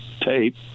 tape